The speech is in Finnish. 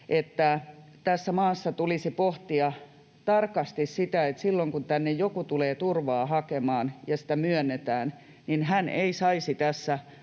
että tässä maassa tulisi pohtia tarkasti sitä, että silloin kun tänne joku tulee turvaa hakemaan ja sitä myönnetään, niin hän ei saisi tässä